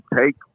take